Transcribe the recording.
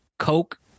Coke